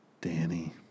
Danny